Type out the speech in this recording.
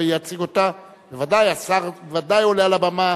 והיא תועבר לוועדת החוקה,